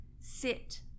sit